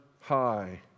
high